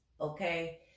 okay